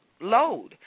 load